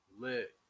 Lit